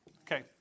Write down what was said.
Okay